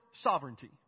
sovereignty